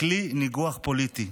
לכלי ניגוח פוליטי?